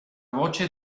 voce